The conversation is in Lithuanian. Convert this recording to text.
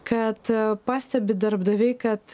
kad pastebi darbdaviai kad